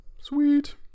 Sweet